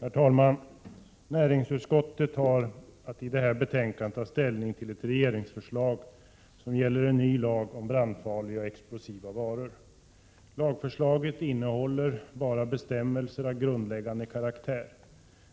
Herr talman! Näringsutskottet har i detta betänkande haft att ta ställning till ett regeringsförslag som gäller en ny lag om brandfarliga och explosiva varor. Lagförslaget innehåller bara bestämmelser av grundläggande karaktär.